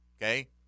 okay